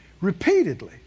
repeatedly